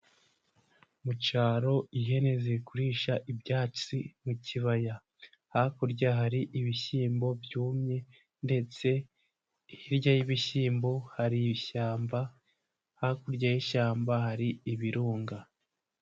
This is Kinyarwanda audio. Mu cyaro ihene ziri kurisha ibyatsi mu kibaya. Hakurya hari ibishyimbo byumye, ndetse hirya y'ibishyimbo hari ishyamba. Hakurya y'ishyamba hari ibirunga.